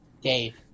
Dave